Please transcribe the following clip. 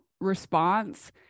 response